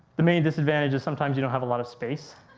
the main disadvantage is sometimes you don't have a lot of space,